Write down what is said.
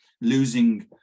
losing